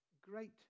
great